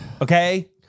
okay